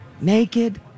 naked